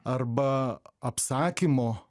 arba apsakymo